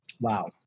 wow